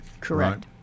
Correct